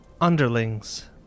underlings